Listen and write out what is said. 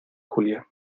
julia